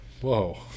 whoa